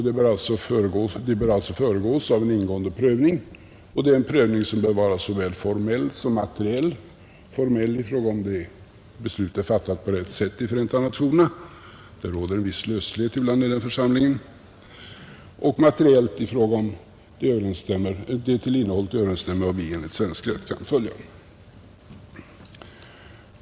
De bör alltså föregås av en ingående prövning, som bör vara såväl formell som materiell — formell i fråga om huruvida beslutet är fattat på rätt sätt i Förenta nationerna — det råder ibland en viss löslighet i den församlingen — och materiell i fråga om huruvida de överensstämmer med vad vi enligt svensk rätt kan följa.